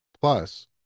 Plus